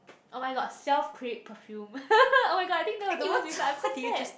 oh-my-god self create perfume oh-my-god I think that was the most I'm so sad